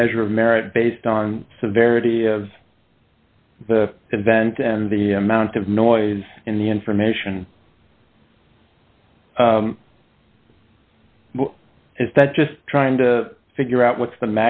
measure of merit based on severity of the event and the amount of noise in the information is that just trying to figure out what's the